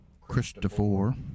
Christopher